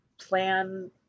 plan